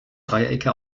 dreiecke